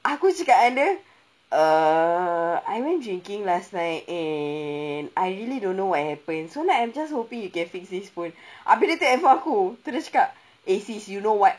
aku cakap dengan dia uh I went drinking last night and I really don't know what happened so now I'm just hoping you can fix this phone habis dia tengok handphone aku lepas tu dia cakap eh sis you know what